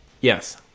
Yes